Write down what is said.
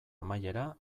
amaiera